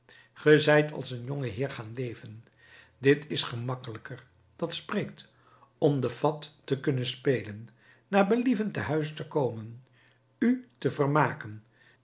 zijt als een jongeheer gaan leven dit is gemakkelijker dat spreekt om den fat te kunnen spelen naar believen te huis te komen u te vermaken